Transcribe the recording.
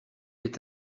est